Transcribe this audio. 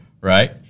right